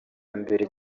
mbere